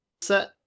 set